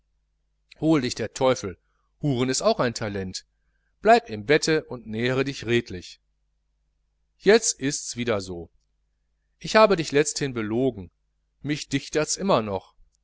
hol dich der teufel huren ist auch ein talent bleib im bette und nähre dich redlich jetzt ists wieder so ich habe dich letzthin belogen mich dichterts immer noch